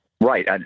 Right